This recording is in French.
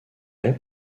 est